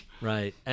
Right